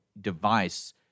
device